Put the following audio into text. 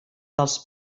dels